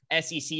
SEC